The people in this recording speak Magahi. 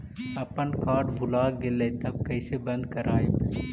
अपन कार्ड भुला गेलय तब कैसे बन्द कराइब?